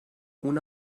una